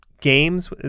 games